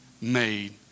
made